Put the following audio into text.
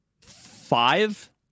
five